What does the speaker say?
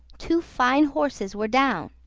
two fine horses were down,